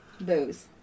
Booze